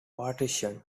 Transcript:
partition